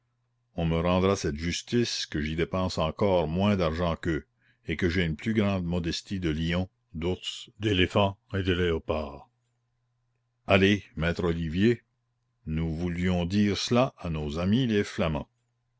on me rendra cette justice que j'y dépense encore moins d'argent qu'eux et que j'ai une plus grande modestie de lions d'ours d'éléphants et de léopards allez maître olivier nous voulions dire cela à nos amis les flamands